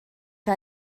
que